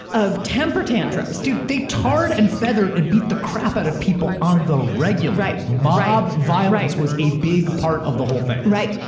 of temper tantrums. dude, they tarred and feathered and beat the crap out of people on the regular. right. mob violence was a big part of the whole thing. right.